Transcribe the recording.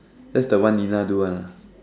that's the one Nina do [one] ah